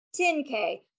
10K